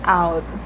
out